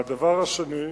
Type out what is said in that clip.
והדבר השני,